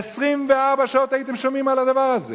24 שעות הייתם שומעים על הדבר הזה,